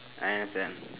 I understand